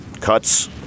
cuts